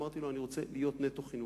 אמרתי לו: אני רוצה להיות שר חינוך נטו.